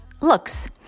looks